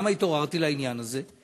למה התעוררתי לעניין הזה?